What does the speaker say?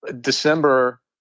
December